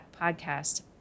podcast